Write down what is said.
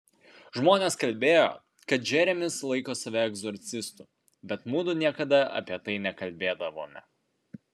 žmonės kalbėjo kad džeremis laiko save egzorcistu bet mudu niekada apie tai nekalbėdavome